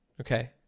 Okay